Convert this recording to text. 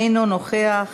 אינו נוכח,